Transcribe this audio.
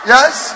Yes